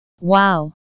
Wow